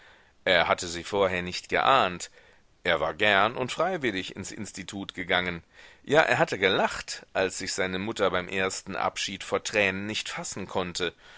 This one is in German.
er hatte sie vorher nicht geahnt er war gern und freiwillig ins institut gegangen ja er hatte gelacht als sich seine mutter beim ersten abschied vor tränen nicht fassen konnte